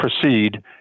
proceed